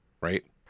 right